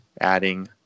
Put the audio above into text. adding